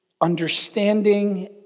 understanding